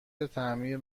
تعمیر